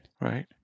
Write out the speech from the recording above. Right